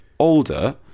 older